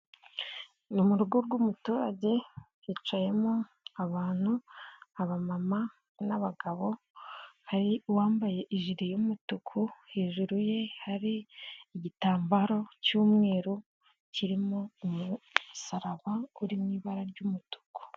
Ni mu rugo rw'umuturage, hicayemo abantu abamama n'abagabo, hari uwambaye ijire y'umutuku, hejuru ye hari igitambaro cy'umweru kirimo umusaraba uri mui ibara ry'umutuku.